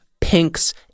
pinks